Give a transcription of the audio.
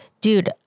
dude